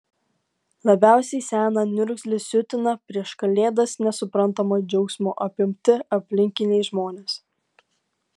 labiausiai seną niurzglį siutina prieš kalėdas nesuprantamo džiaugsmo apimti aplinkiniai žmonės